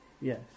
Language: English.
Yes